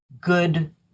good